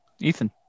Ethan